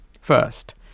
first